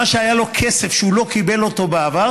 מה שהיה לו כסף שהוא לא קיבל אותו בעבר,